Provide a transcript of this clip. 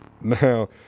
Now